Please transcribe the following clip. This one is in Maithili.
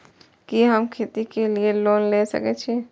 कि हम खेती के लिऐ लोन ले सके छी?